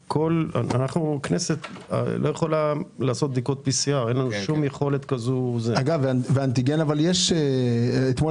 הכנסת לא יכולה לעשות בדיקות PCR. אבל אנטיגן אתמול